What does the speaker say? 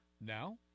Now